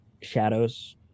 shadows